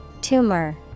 Tumor